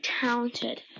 talented